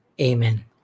Amen